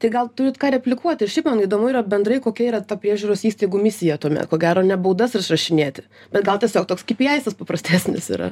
tai gal turit ką replikuoti šiaip man įdomu yra bendrai kokia yra ta priežiūros įstaigų misija tuomet ko gero ne baudas išrašinėti bet gal tiesiog toks kipiaisas paprastesnis yra